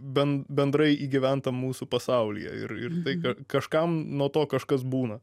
ben bendrai igyventam mūsų pasaulyje ir ir tai kad kažkam nuo to kažkas būna